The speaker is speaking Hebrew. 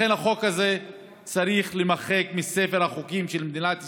לכן החוק הזה צריך להימחק מספר החוקים של מדינת ישראל.